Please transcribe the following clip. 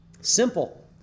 Simple